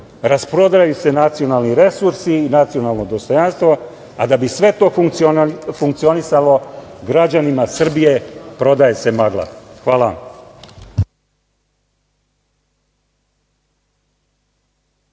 Rasprodaju se nacionalni resursi i nacionalno dostojanstvo, a da bi sve to funkcionisalo građanima Srbije prodaje se magla. Hvala